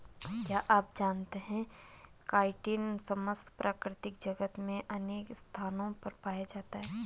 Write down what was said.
क्या आप जानते है काइटिन समस्त प्रकृति जगत में अनेक स्थानों पर पाया जाता है?